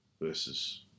versus